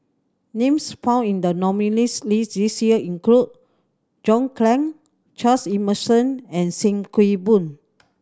names found in the nominees' list this year include John Clang Charles Emmerson and Sim Kee Boon